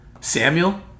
Samuel